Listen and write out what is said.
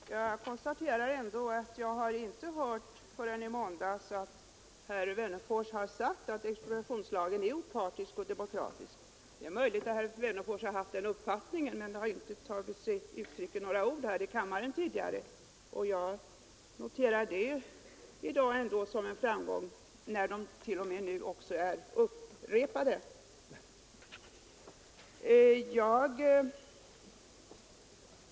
Herr talman! Jag konstaterar ändå att jag inte förrän i måndags hört herr Wennerfors säga att expropriationslagen är opartisk och demokratisk. Det är möjligt att herr Wennerfors haft den uppfattningen, men den har tidigare inte kommit till uttryck här i kammaren. Jag noterar det som en framgång att han i dag t.o.m. har upprepat detta.